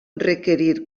requerir